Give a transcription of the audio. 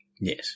Yes